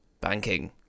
Banking